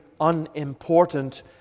unimportant